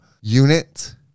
unit